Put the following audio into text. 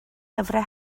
lyfrau